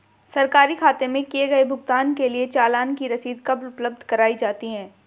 सरकारी खाते में किए गए भुगतान के लिए चालान की रसीद कब उपलब्ध कराईं जाती हैं?